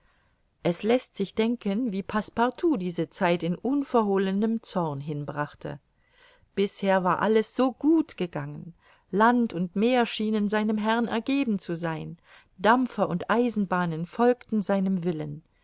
es läßt sich denken wie passepartout diese zeit in unverhohlenem zorn hinbrachte bisher war alles so gut gegangen land und meer schienen seinem herrn ergeben zu sein dampfer und eisenbahnen folgten seinen willen